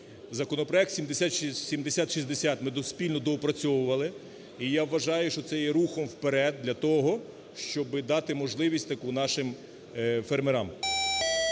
Законопроект 7060 ми спільно доопрацьовували, і я вважаю, що це є рухом вперед для того, щоби дати можливість таку нашим фермерам,